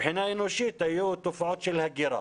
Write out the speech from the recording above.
מבחינה אנושית, היו תופעות של הגירה.